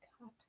God